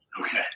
Okay